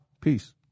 Peace